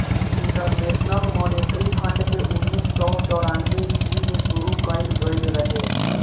international Monetary Fund के उन्नीस सौ चौरानवे ईस्वी में शुरू कईल गईल रहे